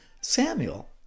Samuel